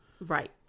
Right